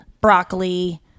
broccoli